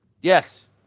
yes